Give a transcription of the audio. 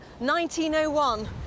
1901